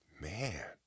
Man